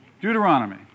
Deuteronomy